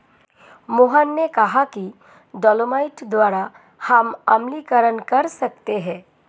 मोहन ने कहा कि डोलोमाइट द्वारा हम अम्लीकरण कर सकते हैं